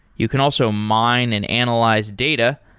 you can also mine and analyze data,